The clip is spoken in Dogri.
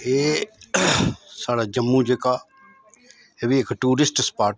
एह् साढ़ा जम्मू जेहका एह् बी इक टूरिस्ट स्पाट